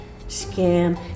scam